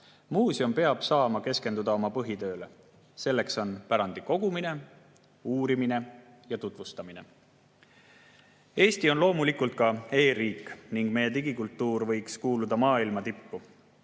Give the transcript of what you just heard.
Muuseum peab saama keskenduda oma põhitööle. Selleks on pärandi kogumine, uurimine ja tutvustamine. Eesti on loomulikult ka e-riik ning meie digikultuur võiks kuuluda maailma tippu.